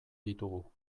ditugu